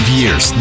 years